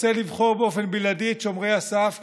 רוצה לבחור באופן בלעדי את שומרי הסף,